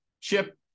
Chip